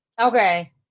Okay